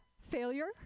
failure